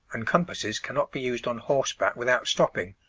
and compasses cannot be used on horseback without stopping,